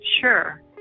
sure